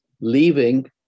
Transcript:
leaving